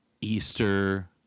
Easter